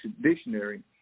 Dictionary